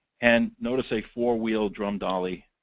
and notice a four-wheel drum dolly.